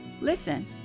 Listen